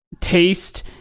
Taste